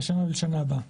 לשנה ולשנה הבאה.